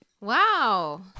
Wow